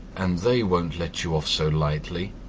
and they won't let you off so lightly.